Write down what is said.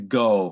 go